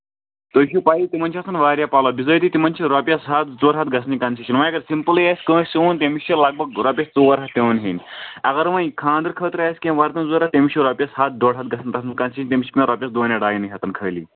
تۄہہِ چھُو پَیی تِمَن چھِ آسان واریاہ پَلو بِزٲتی تِمَن چھِ رۄپییَس ہَتھ زٕ ژور ہَتھ گژھنٕے کَنسیشَن وۄنۍ اَگر سِمپٕلٕے آسہِ کٲنٛسہِ اوٚن تٔمِس چھِ لگ بگ رۄپیَس ژور ہَتھ پٮ۪وان ہیٚنۍ اَگر وۄنۍ خانٛدرٕ خٲطرٕ آسہِ کیٚنہہ وَردَن ضوٚرَتھ تٔمِس چھُ رۄپیَس ہَتھ ڈۄڑ ہَتھ گژھان تَتھ منٛز کَنسیشَن تٔمِس چھِ پٮ۪وان رۄپیَس دۄن ڈایہِ نٕے ہَتن خٲلی